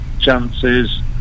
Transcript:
chances